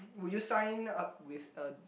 would you sign up with a